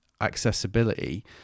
accessibility